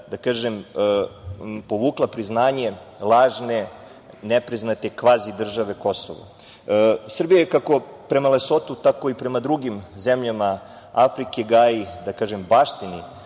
što je povukla priznanje lažne nepriznate kvazi države Kosovo. Srbija kako prema Lesotu, tako i prema drugim zemljama Afrike gaji, baštini